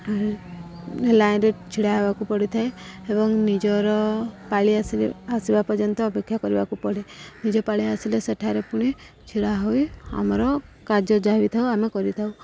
ଲାଇନ୍ରେ ଛିଡ଼ା ହେବାକୁ ପଡ଼ିଥାଏ ଏବଂ ନିଜର ପାଳି ଆସିଲ ଆସିବା ପର୍ଯ୍ୟନ୍ତ ଅପେକ୍ଷା କରିବାକୁ ପଡ଼େ ନିଜ ପାଳି ଆସିଲେ ସେଠାରେ ପୁଣି ଛିଡ଼ା ହୋଇ ଆମର କାର୍ଯ୍ୟ ଯହାବିି ଥାଉ ଆମେ କରିଥାଉ